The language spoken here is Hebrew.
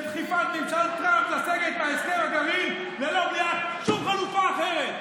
של דחיפת ממשל טראמפ לסגת מהסכם הגרעין ללא קביעת שום חלופה אחרת.